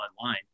online